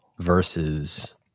versus